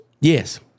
Yes